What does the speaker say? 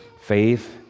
faith